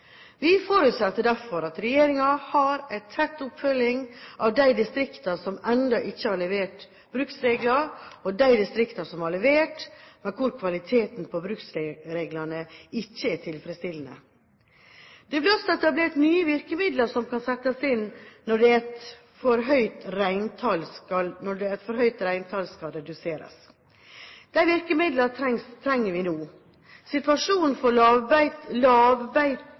Vi forutsetter derfor at regjeringen har en tett oppfølging av de distriktene som ennå ikke har levert bruksregler, og de distriktene som har levert, men hvor kvaliteten på bruksreglene ikke er tilfredsstillende. Det ble også etablert nye virkemidler som kan settes inn når et for høyt reintall skal reduseres. De virkemidlene trenger vi nå. Situasjonen for